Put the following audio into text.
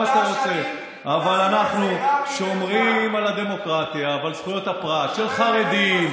אבל אנחנו שומרים על הדמוקרטיה ועל זכויות הפרט של חרדים,